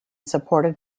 supported